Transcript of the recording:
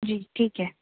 جی ٹھیک ہے